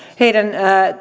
heidän